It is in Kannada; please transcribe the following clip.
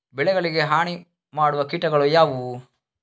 ಬೆಳೆಗಳಿಗೆ ಹಾನಿ ಮಾಡುವ ಕೀಟಗಳು ಯಾವುವು?